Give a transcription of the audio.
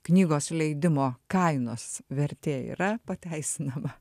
knygos leidimo kainos vertė yra pateisinama